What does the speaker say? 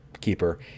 keeper